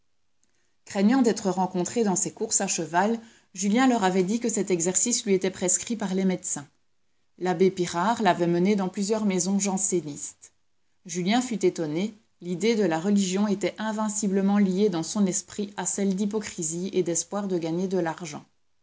craignant d'être rencontré dans ses courses à cheval julien leur avait dit que cet exercice lui était prescrit par les médecins l'abbé pirard l'avait mené dans plusieurs maisons jansénistes julien fut étonné l'idée de la religion était invinciblement liée dans son esprit à celle d'hypocrisie et d'espoir de gagner de l'argent